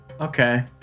okay